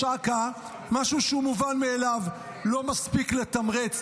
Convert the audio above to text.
אכ"א משהו מובן מאליו: לא מספיק לתמרץ,